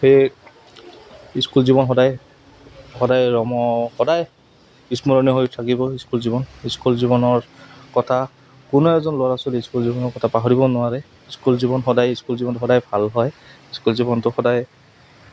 সেয়ে স্কুল জীৱন সদায় সদায় ৰম সদায় স্মৰণীয় হৈ থাকিব স্কুল জীৱন স্কুল জীৱনৰ কথা কোনো এজন ল'ৰা ছোৱালী স্কুল জীৱনৰ কথা পাহৰিব নোৱাৰে স্কুল জীৱন সদায় স্কুল জীৱন সদায় ভাল হয় স্কুল জীৱনটো সদায়